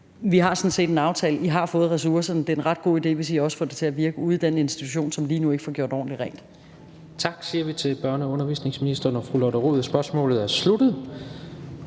Vi har sådan set en aftale; I har fået ressourcerne; det er en ret god idé, hvis I også får det til at virke ude i den institution, som lige nu ikke får gjort ordentligt rent.